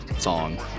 Song